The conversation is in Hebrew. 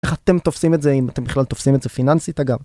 איך אתם תופסים את זה, אם אתם בכלל תופסים את זה פיננסית אגב?